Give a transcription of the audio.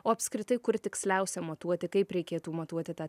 o apskritai kur tiksliausia matuoti kaip reikėtų matuoti tą